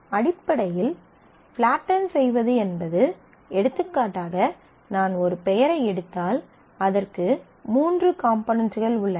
அடிப்படையில் ஃப்லாட்டென் செய்வது என்பது எடுத்துக்காட்டாக நான் ஒரு பெயரை எடுத்தால் அதற்கு 3 காம்போனென்ட்கள் உள்ளன